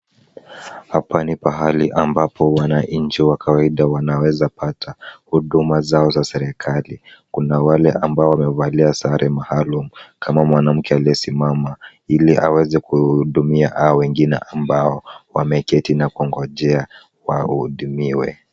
Hapa ni pahali ambapo wananchi wa kawaida wanaweza pata huduma zao za serikali. Kuna wale ambao wamevalia sare maalum kama mwanamke aliyesimama ili aweze kuhudumia hao wengine ambao wameketi na kungojea wahudumiwe.